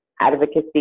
advocacy